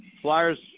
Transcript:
flyers